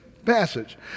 Passage